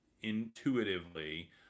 intuitively